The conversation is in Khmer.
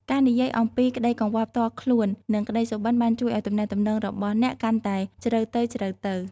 ការនិយាយអំពីក្តីកង្វល់ផ្ទាល់ខ្លួននិងក្តីសុបិន្តបានជួយឲ្យទំនាក់ទំនងរបស់អ្នកកាន់តែជ្រៅទៅៗ។